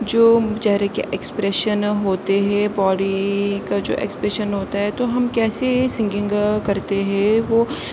جو چہرے کے ایکسپریشن ہوتے ہیں باڈی کا جو ایکسپریشن ہوتا ہے تو ہم کیسے سنگنگ کرتے ہیں وہ